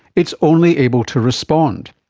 it's only able to respond.